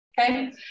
Okay